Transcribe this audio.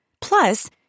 Plus